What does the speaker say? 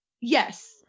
Yes